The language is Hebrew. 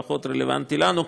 פחות רלוונטי לנו.